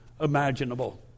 imaginable